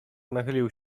nachylił